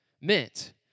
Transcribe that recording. meant